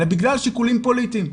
אלא בגלל שיקולים פוליטיים.